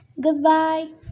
Goodbye